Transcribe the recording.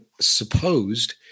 supposed